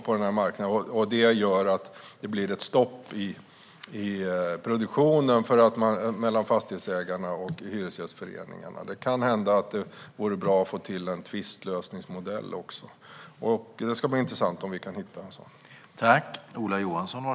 Fastighetsägarna och hyresgästföreningarna kommer inte överens på marknaden. Det leder till stopp i produktionen. Det kan hända att det också vore bra att få till en tvistlösningsmodell. Det ska bli intressant att se om vi kan hitta en sådan.